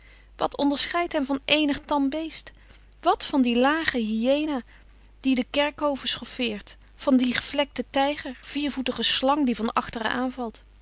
wat onderscheidt hem van eenig tam beest wat van dien lagen hyena die de kerkhoven schoffeert van dien gevlekten tijger viervoetige slang die van achteren